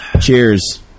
Cheers